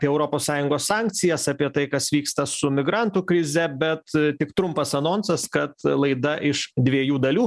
apie europos sąjungos sankcijas apie tai kas vyksta su migrantų krize bet tik trumpas anonsas kad laida iš dviejų dalių